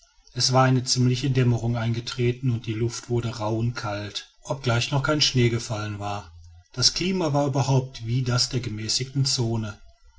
es war eine ziemliche dämmerung eingetreten und die luft wurde rauh und kalt obgleich noch kein schnee gefallen war das klima war überhaupt wie das der gemäßigten zone